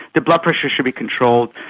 the blood pressure should be controlled,